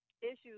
issues